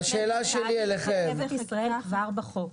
רכבת ישראל כבר בחוק.